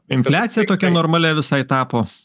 infliacija tokia normalia visai tapo